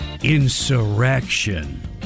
insurrection